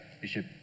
Bishop